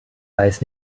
weiß